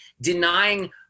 denying